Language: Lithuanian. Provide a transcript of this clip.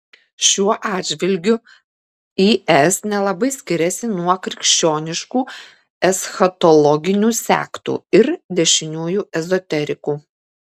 šiuo atžvilgiu is nelabai skiriasi nuo krikščioniškų eschatologinių sektų ir dešiniųjų ezoterikų